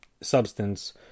substance